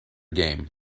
game